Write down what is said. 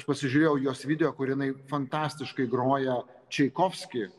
aš pasižiūrėjau jos video kur jinai fantastiškai groja čaikovskį